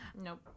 Nope